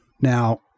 Now